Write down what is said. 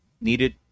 needed